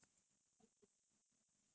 cannot go also the strong